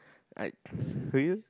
like for you